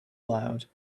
loud